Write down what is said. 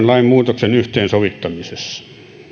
lain muutoksen yhteensovittamisessa